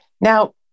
Now